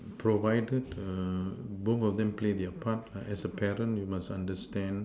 provided err both of them play their part lah as a parent you must understand